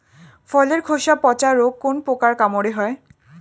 ফলের খোসা পচা রোগ কোন পোকার কামড়ে হয়?